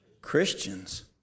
Christians